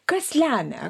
kas lemia